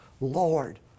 Lord